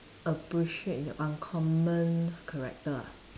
appreciate the uncommon character ah